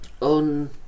on